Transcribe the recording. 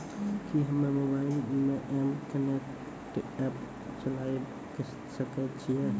कि हम्मे मोबाइल मे एम कनेक्ट एप्प चलाबय सकै छियै?